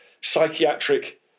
psychiatric